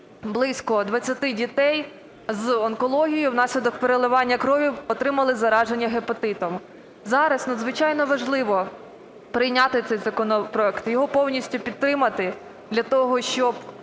близько 20 дітей з онкологією внаслідок переливання крові отримали зараження гепатитом. Зараз надзвичайно важливо прийняти цей законопроект. Його повністю підтримати для того, щоб,